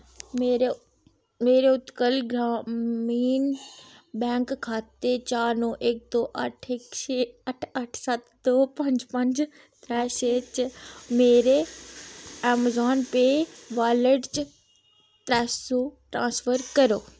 मेरे उत्कल ग्रामीण बैंक खाते चा नौ इक दो अट्ठ इक छे अट्ठ अट्ठ सत्त दो पंज पंज त्रै छे चा मेरे अमेज़ॉन पेऽ वालेट च त्रै ट्रांसफर करो